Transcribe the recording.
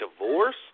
divorce